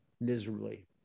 miserably